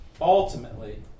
ultimately